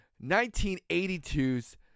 1982's